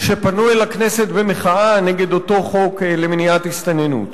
שפנו אל הכנסת במחאה נגד אותו חוק למניעת הסתננות.